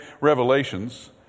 revelations